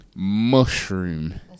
Mushroom